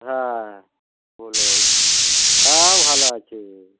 হ্যাঁ বলুন হ্যাঁ ভালো আছি